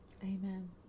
amen